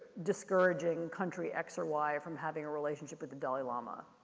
discouraging country x or y from having a relationship with the dalai lama.